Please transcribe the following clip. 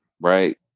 right